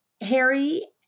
Harry